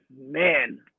man